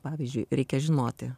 pavyzdžiui reikia žinoti